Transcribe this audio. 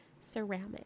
ceramic